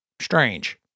Strange